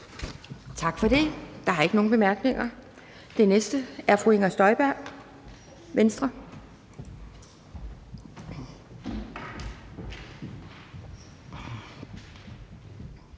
Tak for det. Der er ikke nogen korte bemærkninger. Den næste er fru Inger Støjberg, Venstre.